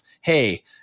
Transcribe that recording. hey